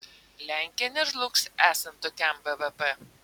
lenkija nežlugs esant tokiam bvp